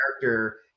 character